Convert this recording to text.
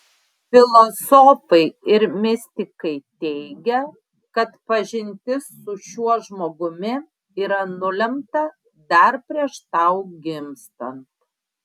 filosofai ir mistikai teigia kad pažintis su šiuo žmogumi yra nulemta dar prieš tau gimstant